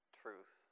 truth